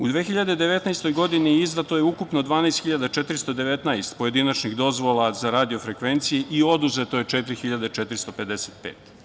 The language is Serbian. U 2019. godini izdato je ukupno 12.419 pojedinačnih dozvola za radio frekvenciji i oduzeto je 4.455.